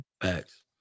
Facts